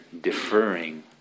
deferring